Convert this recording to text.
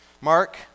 Mark